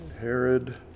Herod